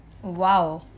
!wow!